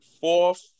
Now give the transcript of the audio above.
fourth